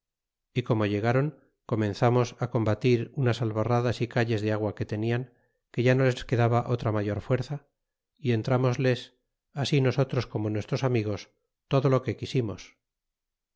e como llega ron comenzamos á combatir un n s albarradas y calles de agua a que tenian que ya no les quedaba otra mayor fuerza y entramosles asi nosotros como nuestros amigos todo lo que quisimos